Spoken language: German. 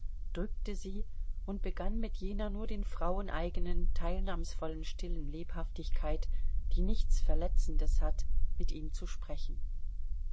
drückte sie und begann mit jener nur den frauen eigenen teilnahmsvollen stillen lebhaftigkeit die nichts verletzendes hat mit ihm zu sprechen